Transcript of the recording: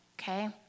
Okay